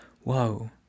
whoa